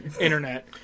Internet